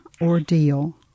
ordeal